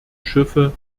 schiffe